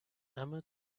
emma